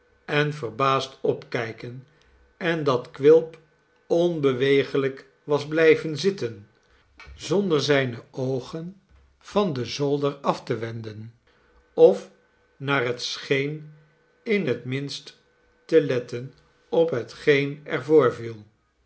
en verbaasd opkijken en dat quilp onbewegelijk was blijven zitten zonder zijne oogen van den zolder af te wenden of naar het scheen in het minst te letten op hetgeen er